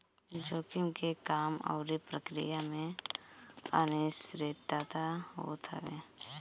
जोखिम के काम अउरी प्रक्रिया में अनिश्चितता होत हवे